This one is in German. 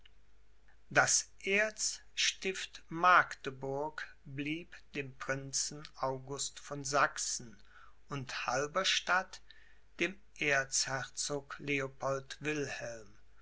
das erzstift magdeburg bleibt dem prinzen august von sachsen und halberstadt dem erzherzog leopold wilhelm